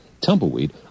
Tumbleweed